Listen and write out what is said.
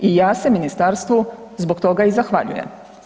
I ja se ministarstvu zbog toga i zahvaljujem.